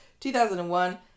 2001